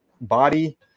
body